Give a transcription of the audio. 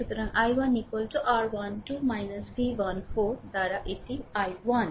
সুতরাং i1 r 12 v1 4 দ্বারা এটি i1